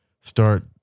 start